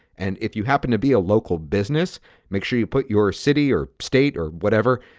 and if you happen to be a local business make sure you put your city or state or whatever.